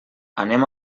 anem